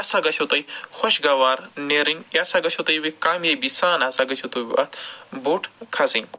تَس سا گژھیو تۄہہِ خۄشگوار نٮ۪رٕنۍ یہِ ہسا گژھیو تۄہہِ کامیٲبی سان ہسا گژھیو تُہۍ اَتھ بوٹھ کھسٕنۍ